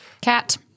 cat